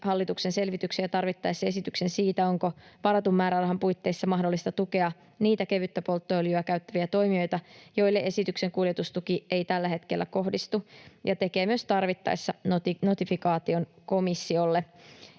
hallituksen selvityksen ja tarvittaessa esityksen siitä, onko varatun määrärahan puitteissa mahdollista tukea niitä kevyttä polttoöljyä käyttäviä toimijoita, joille esityksen kuljetustuki ei tällä hetkellä kohdistu, ja tekee myös tarvittaessa notifikaation komissiolle.”